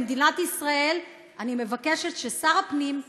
במדינת ישראל אני מבקשת ששר הפנים,